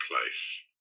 place